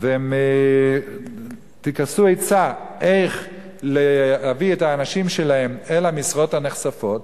והם טיכסו עצה איך להביא את האנשים שלהם אל המשרות הנכספות,